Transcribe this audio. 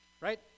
right